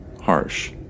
harsh